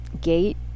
Gate